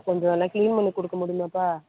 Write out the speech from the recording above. கொஞ்சம் வேணுணா க்ளீன் பண்ணிக் கொடுக்க முடியுமாப்பா